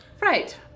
Right